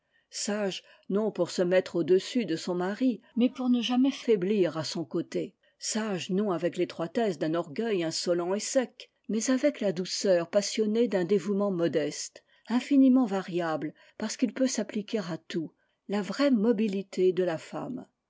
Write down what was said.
sage non pour se mettre au-dessus de son mari mais pour ne jamais faiblir à son côté sage non avec l'étroitesse d'un orgueil insolent et sec mais avec la douceur passionnée d'un dévouement modeste infiniment variable parce qu'il peut s'appliquer à tout la vraie mobilité de la femme